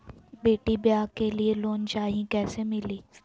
बेटी ब्याह के लिए लोन चाही, कैसे मिली?